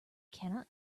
cannot